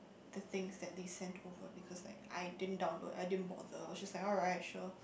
the things that they sent over because like I didn't download I didn't bother I was just like alright sure